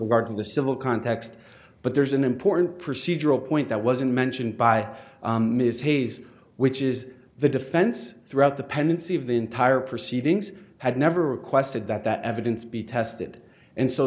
of the civil context but there's an important procedural point that wasn't mentioned by ms hayes which is the defense throughout the pendency of the entire proceedings had never requested that that evidence be tested and so